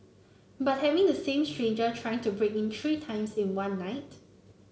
but having the same stranger trying to break in three times in one night